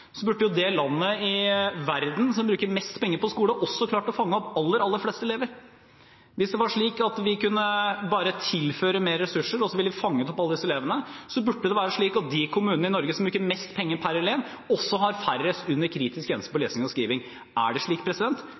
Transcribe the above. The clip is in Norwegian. burde jo det landet i verden som bruker mest penger på skole, også klart å fange opp aller flest elever. Hvis det var slik at vi bare kunne tilføre mer ressurser, og med det fange opp alle disse elevene, burde det være slik at de kommunene i Norge som bruker mest penger per elev, også har færrest under kritisk grense i lesing og skriving. Er det slik?